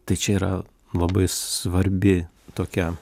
tai čia yra labai s svarbi tokia